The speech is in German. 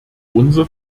unser